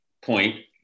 point